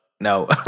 no